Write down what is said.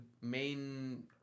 main